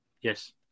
Yes